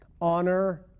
Honor